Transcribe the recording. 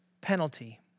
penalty